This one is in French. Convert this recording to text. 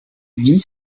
vit